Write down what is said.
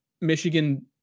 Michigan